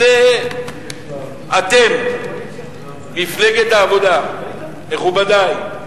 זה אתם, מפלגת העבודה, מכובדי.